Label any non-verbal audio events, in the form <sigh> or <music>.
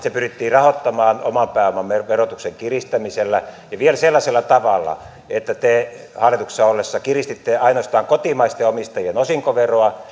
<unintelligible> se pyrittiin rahoittamaan oman pääoman verotuksen kiristämisellä ja vielä sellaisella tavalla että te hallituksessa ollessanne kiristitte ainoastaan kotimaisten omistajien osinkoveroa <unintelligible>